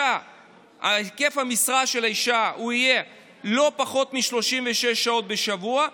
היקף המשרה של האישה יהיה לא פחות מ-36 שעות בשבוע,